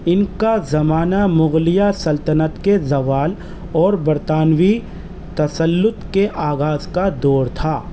ان کا زمانہ مغلیہ سلطنت کے زوال اور برطانوی تسلط کے آغاز کا دور تھا